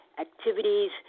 activities